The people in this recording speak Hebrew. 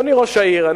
אדוני ראש העיר,